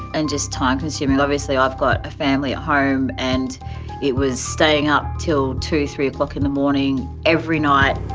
and just time consuming. obviously, i've got a family at home and it was staying up till two, three o'clock in the morning every night.